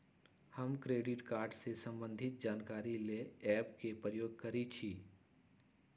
हम credit card से संबंधित जानकारी के लेल एप के प्रयोग करइछि